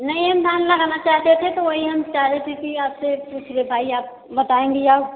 नहीं हम धान लगाना चाहते थे तो वही हम चाह रहे थे कि आपसे पूछ ले भाई आप बताएंगी आप